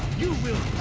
you will